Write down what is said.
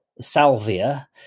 salvia